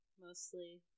mostly